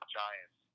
giants